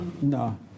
No